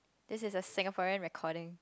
this is a Singapore recording